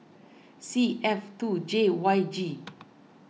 C F two J Y G